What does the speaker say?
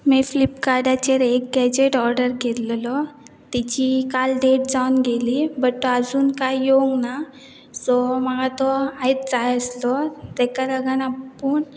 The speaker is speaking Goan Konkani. मे फ्लिपकार्टाचेर एक गॅजेट ऑर्डर केल्लो तिची काल डेट जावन गेली बट तो आजून कांय येवंक ना सो म्हाका तो आयज जाय आसलो ताका लागून आपूण